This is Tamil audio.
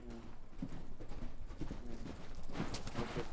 ம் ம் ஓகே ப்ரோ